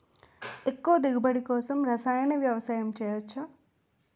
ఎక్కువ దిగుబడి కోసం రసాయన వ్యవసాయం చేయచ్చ?